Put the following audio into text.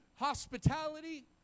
hospitality